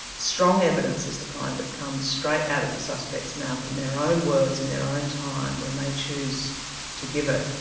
strong evidence is the kind that comes straight out of the suspect's mouth, in their own words, in their own time, when they choose to give it.